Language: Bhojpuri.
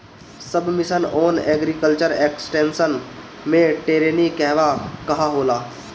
सब मिशन आन एग्रीकल्चर एक्सटेंशन मै टेरेनीं कहवा कहा होला?